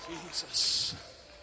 Jesus